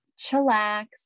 chillax